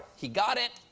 he got it.